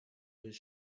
his